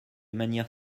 manière